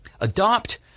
Adopt